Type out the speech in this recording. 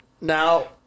Now